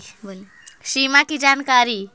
सिमा कि जानकारी?